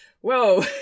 Whoa